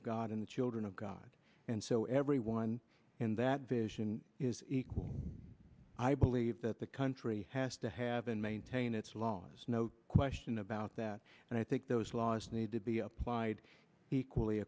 of god in the children of god and so everyone in that vision is equal i believe that the country has to have and maintain its laws no question about that and i think those laws need to be applied equally